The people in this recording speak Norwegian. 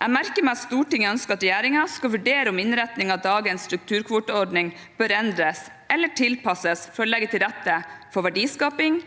Jeg merker meg at Stortinget ønsker at regjeringen skal vurdere om innretningen av dagens strukturkvoteordning bør endres eller tilpasses for å legge til rette for verdiskaping